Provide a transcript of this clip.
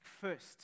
first